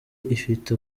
ifite